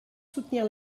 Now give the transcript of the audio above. soutenir